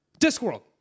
Discworld